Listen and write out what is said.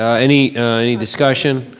ah any any discussion?